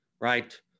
right